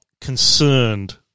concerned